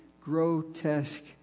grotesque